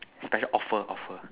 special offer offer